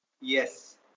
Yes